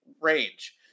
range